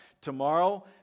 tomorrow